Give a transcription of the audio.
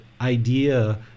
idea